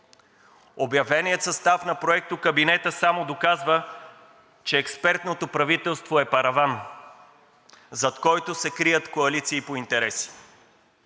Обявеният състав на проектокабинета само доказва, че експертното правителство е параван, зад който се крият коалиции по интереси.